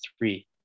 three